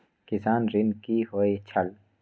किसान ऋण की होय छल?